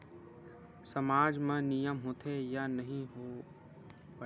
सामाज मा नियम होथे या नहीं हो वाए?